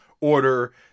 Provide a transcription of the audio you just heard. order